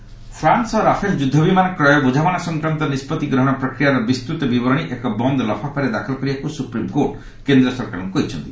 SC Rafale France ସହ Rafale ଯୁଦ୍ଧ ବିମାନ କ୍ରୟ ବୁଝାମଣା ସଂକ୍ରାନ୍ତ ନିଷ୍କଭି ଗ୍ରହଣ ପ୍ରକ୍ରିୟାର ବିସ୍ତୃତ ବିବରଣୀ ଏକ ବନ୍ଦ ଲଫାଫାରେ ଦାଖଲ କରିବାକୁ ସୁପ୍ରିମକୋର୍ଟ କେନ୍ଦ୍ର ସରକାରଙ୍କୁ କହିଛନ୍ତି